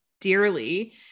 dearly